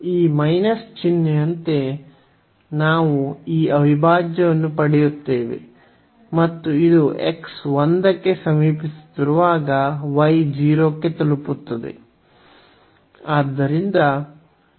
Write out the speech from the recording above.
ಈ ಚಿಹ್ನೆಯಂತೆ ನಾವು ಈ ಅವಿಭಾಜ್ಯವನ್ನು ಪಡೆಯುತ್ತೇವೆ ಮತ್ತು ಇದು x 1 ಕ್ಕೆ ಸಮೀಪಿಸುತ್ತಿರುವಾಗ y 0 ಕ್ಕೆ ತಲುಪುತ್ತದೆ